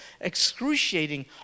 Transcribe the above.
excruciating